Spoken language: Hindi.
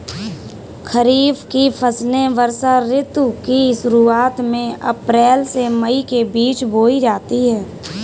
खरीफ की फसलें वर्षा ऋतु की शुरुआत में अप्रैल से मई के बीच बोई जाती हैं